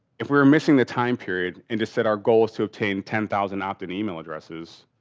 if we were missing the time period and just said our goal is to obtain ten thousand opt-in email addresses,